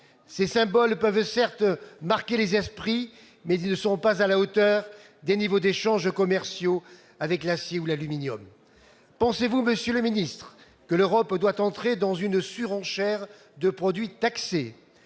Ces symboles peuvent certes marquer les esprits, mais ils ne sont pas à la hauteur des niveaux d'échanges commerciaux qui prévalent dans le cas de l'acier ou de l'aluminium. Pensez-vous, monsieur le ministre, que l'Europe doive entrer dans une surenchère des produits taxés ?